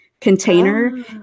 container